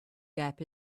gap